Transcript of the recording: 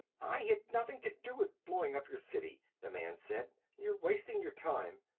i had nothing to do with blowing up your city, the man said. you're wasting your time.